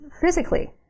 physically